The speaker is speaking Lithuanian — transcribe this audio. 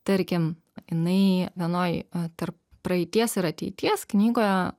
tarkim jinai vienoj tarp praeities ir ateities knygoje